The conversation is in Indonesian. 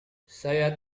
saya